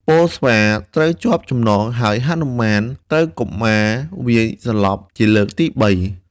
ពលស្វាត្រូវជាប់ចំណង ហើយហនុមានត្រូវកុមារវាយសន្លប់ជាលើកទីបី ។